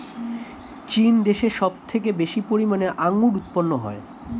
চীন দেশে সব থেকে বেশি পরিমাণে আঙ্গুর উৎপন্ন হয়